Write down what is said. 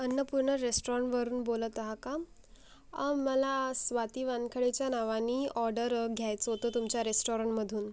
अन्नपूर्ना रेस्टॉरणवरून बोलत आहा का मला स्वाती वानखेळेच्या नावानी ऑर्डर घ्यायचं ओतं तुमच्या रेस्टॉरेणमधून